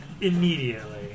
Immediately